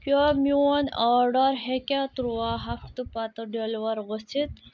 کیٛاہ میون آرڈر ہیٚکیٛاہ تُرٛواہ ہفتہٕ پتہٕ ڈیٚلِوَر گٔژھِتھ